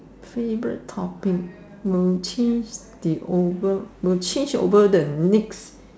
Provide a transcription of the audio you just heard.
favorite topic will change the over will change over the next